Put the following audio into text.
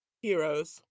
heroes